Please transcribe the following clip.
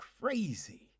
crazy